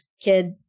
kid